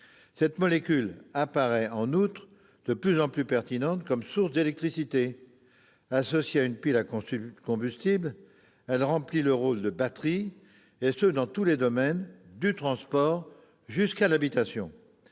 cette molécule apparaît de plus en plus pertinente comme source d'électricité. Associée à une pile à combustible, elle remplit le rôle de batterie, ce dans tous les domaines, du transport jusqu'à l'habitation.